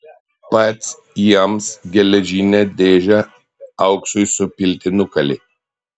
pats jiems geležinę dėžę auksui supilti nukalė